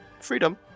Freedom